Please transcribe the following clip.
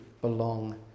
belong